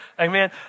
amen